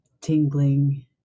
Tingling